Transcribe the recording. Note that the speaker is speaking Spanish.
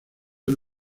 del